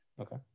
Okay